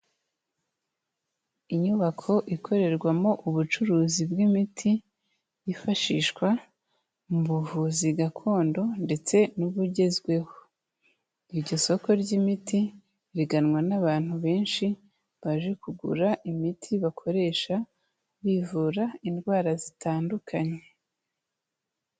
Inyubako ikorerwamo ubucuruzi bw'imiti, yifashishwa mu buvuzi gakondo ndetse n'ubugezweho, iryo soko ry'imiti riganwa n'abantu benshi baje kugura imiti bakoresha bivura indwara zitandukanye